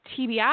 TBI